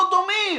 לא דומים